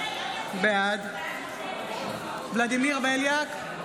בעד ולדימיר בליאק,